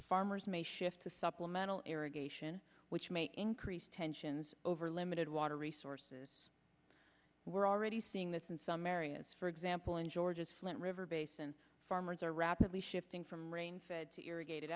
the farmers may shift to supplemental irrigation which may increase tensions over limited water resources we're already seeing this in some areas for example in georgia's flint river basin farmers are rapidly shifting from rain fed to irrigated